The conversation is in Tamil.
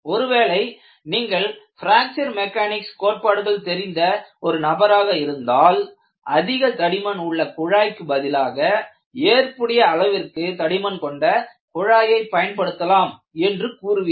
ஒருவேளை நீங்கள் பிராக்சர் மெக்கானிக்ஸ் கோட்பாடுகள் தெரிந்த ஒரு நபராக இருந்தால் அதிக தடிமன் உள்ள குழாய்க்கு பதிலாக ஏற்புடைய அளவிற்கு தடிமன் கொண்ட குழாயை பயன்படுத்தலாம் என்று கூறுவீர்கள்